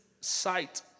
sight